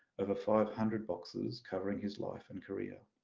over five hundred boxes covering his life and career.